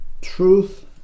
truth